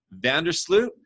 Vandersloot